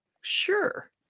sure